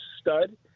stud